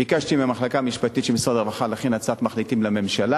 ביקשתי מהמחלקה המשפטית של משרד הרווחה להכין הצעת מחליטים לממשלה